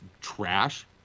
trash